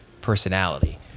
personality